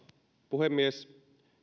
puhemies